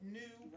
new